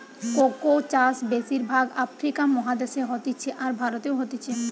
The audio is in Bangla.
কোকো চাষ বেশির ভাগ আফ্রিকা মহাদেশে হতিছে, আর ভারতেও হতিছে